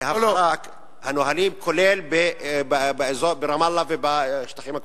הנהלים כולל ברמאללה ובשטחים הכבושים.